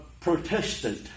Protestant